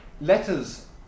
letters